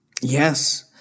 yes